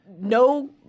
no